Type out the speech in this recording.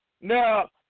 Now